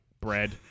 bread